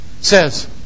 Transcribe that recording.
says